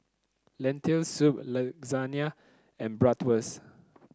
Lentil Soup Lasagne and Bratwurst